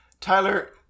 Tyler